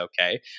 okay